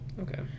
Okay